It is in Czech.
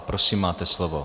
Prosím, máte slovo.